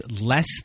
less